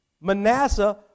Manasseh